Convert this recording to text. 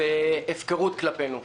והפקרות כלפינו.